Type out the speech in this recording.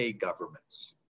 governments